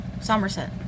somerset